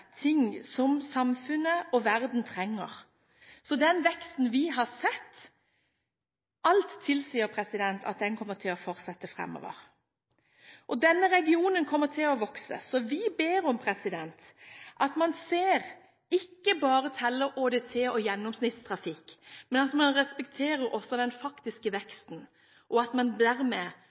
ting som samfunnet og verden trenger. Alt tilsier at den veksten vi har sett, kommer til å fortsette framover. Denne regionen kommer til å vokse, så vi ber om at man ser – ikke bare teller ÅDT og gjennomsnittstrafikk – og respekterer den faktiske veksten, og at man